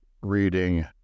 reading